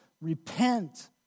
repent